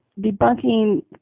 debunking